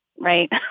right